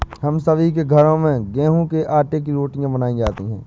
हम सभी के घरों में गेहूं के आटे की रोटियां बनाई जाती हैं